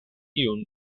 iun